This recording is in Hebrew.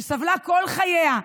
שסבלה כל חייה,